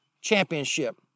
championship